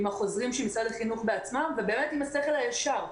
עם החוזרים של משרד החינוך ועם השכל הישר.